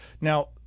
Now